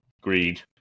Greed